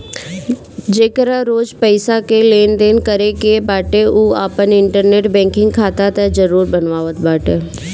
जेकरा रोज पईसा कअ लेनदेन करे के बाटे उ आपन इंटरनेट बैंकिंग खाता तअ जरुर बनावत बाटे